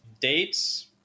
Dates